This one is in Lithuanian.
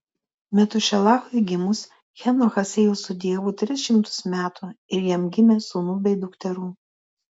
metušelachui gimus henochas ėjo su dievu tris šimtus metų ir jam gimė sūnų bei dukterų